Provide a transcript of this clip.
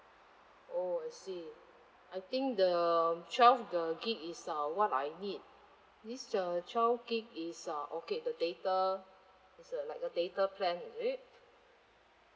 oh I see I think the twelve the gig is uh what I need this uh twelve gig is uh okay the data it's a like the data plan is it